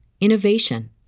innovation